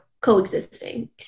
coexisting